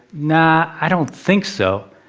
no, i don't think so.